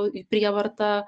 į prievartą